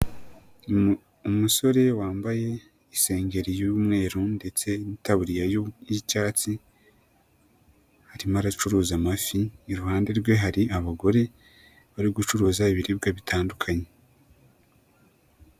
Umusore wambaye isengeri y'umweru ndetse n'itaburiya y'icyatsi, arimo aracuruza amafi, iruhande rwe hari abagore, bari gucuruza ibiribwa bitandukanye.